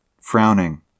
frowning